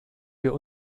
wir